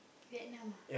Vietnam ah